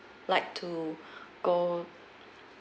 like to go